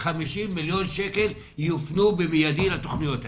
50 מיליון שקל יופנו במיידי לתוכניות האלו.